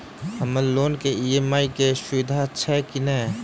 हम्मर लोन केँ ई.एम.आई केँ सुविधा छैय की नै?